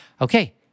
Okay